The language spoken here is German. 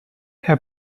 herr